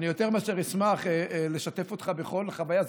אני יותר מאשר אשמח לשתף אותך בכל חוויה.